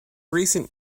recent